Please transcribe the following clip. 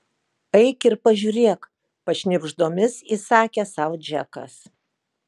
eik ir pažiūrėk pašnibždomis įsakė sau džekas